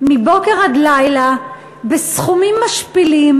מבוקר עד לילה בסכומים משפילים,